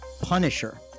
punisher